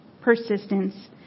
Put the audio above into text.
Persistence